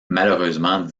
malheureusement